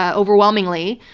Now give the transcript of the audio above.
ah overwhelmingly,